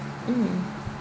mm